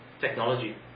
technology